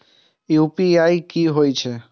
UPI की होई छै?